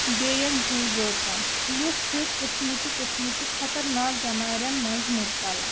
بیٚیَن زُو زٲژَن لُکھ چھِ قٕسمٕچہِ قٕسمچہِ خطرناک بٮ۪مارٮ۪ن منٛز مُبتلا